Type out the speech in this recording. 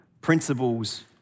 principles